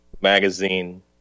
magazine